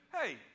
hey